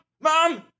mom